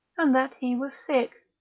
and that he was sick,